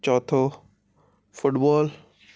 चौथो फुटबॉल